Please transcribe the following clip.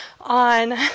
on